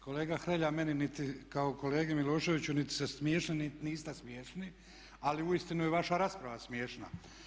Kolega Hrelja meni niti, kao kolegi Miloševiću, niti ste smiješni niti niste smiješni ali uistinu je vaša rasprava smiješna.